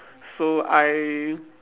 so I